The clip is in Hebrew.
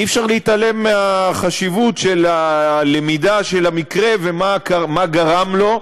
אי-אפשר להתעלם מהחשיבות של הלמידה של המקרה ומה גרם לו,